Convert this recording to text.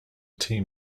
team